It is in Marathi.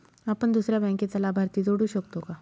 आपण दुसऱ्या बँकेचा लाभार्थी जोडू शकतो का?